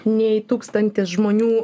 nei tūkstantis žmonių